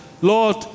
Lord